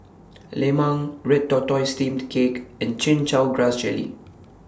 Lemang Red Tortoise Steamed Cake and Chin Chow Grass Jelly